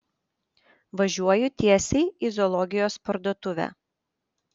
važiuoju tiesiai į zoologijos parduotuvę